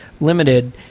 limited